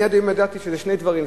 עד היום ידעתי שזה שני דברים,